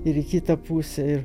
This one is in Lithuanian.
ir kitą pusę ir